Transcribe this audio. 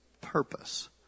purpose